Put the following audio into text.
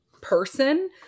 person